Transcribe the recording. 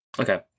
Okay